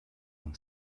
han